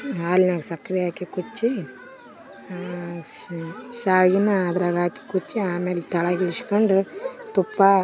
ಹಾಲಿನ್ಯಾಗ್ ಸಕ್ಕರೆ ಹಾಕಿ ಕುಚ್ಚಿ ಶಾವ್ಗೆ ಅದ್ರಾಗ ಹಾಕಿ ಕುಚ್ಚಿ ಆಮೇಲ್ ತಳ ಬಿಡಿಸ್ಕೊಂಡ್ ತುಪ್ಪ